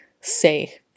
say